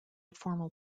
formal